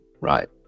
right